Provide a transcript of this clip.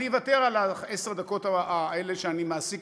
אני אוותר על עשר הדקות האלה שאני מעסיק